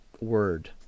word